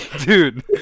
Dude